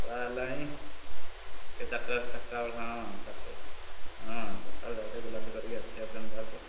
ଖରା ହେଲାଣି ଟିକେ ଚାରିଟା ଚାରିଟା ବେଳେ ହଁ ଚାରିଟା ହଁ ଚାରିଟା ବେଳେ ଯାଇ ଟିକେ ବୁଲାବୁଲି କରିକି ଆସିବା ତେଣୁ ବାହାରକୁ